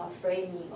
framing